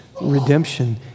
redemption